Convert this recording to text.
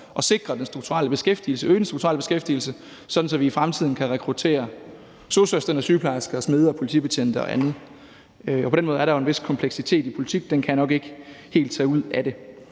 at sikre den strukturelle beskæftigelse og øge den strukturelle beskæftigelse, sådan at vi i fremtiden kan rekruttere sosu-assistenter, sygeplejersker, smede, politibetjente og andre, og på den måde er der jo en vis kompleksitet i politik. Den kan jeg nok ikke helt tage ud af det.